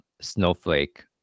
Snowflake